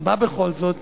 למה בכל זאת